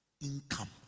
income